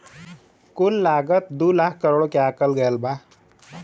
कुल लागत दू लाख करोड़ के आकल गएल बा